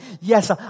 Yes